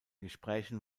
gesprächen